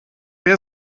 wer